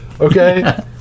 Okay